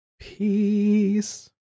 Peace